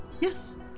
Yes